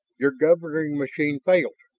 your governing machine failed?